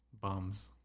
bums